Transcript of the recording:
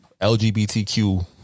LGBTQ